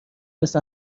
مثل